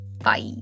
Bye